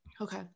Okay